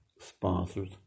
sponsors